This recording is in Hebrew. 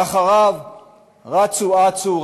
ואחריו רצו אצו,